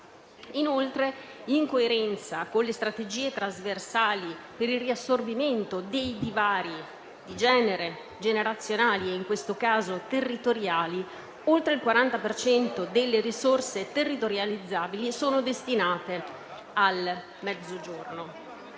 Inoltre, in coerenza con le strategie trasversali per il riassorbimento dei divari di genere, generazionali e, in questo caso, territoriali, oltre il 40 per cento delle risorse territorializzabili sono destinate al Mezzogiorno.